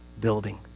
building